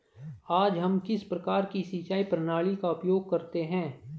आज हम किस प्रकार की सिंचाई प्रणाली का उपयोग करते हैं?